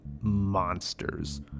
monsters